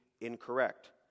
incorrect